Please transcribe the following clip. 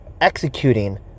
Executing